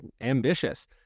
ambitious